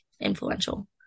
influential